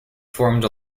formed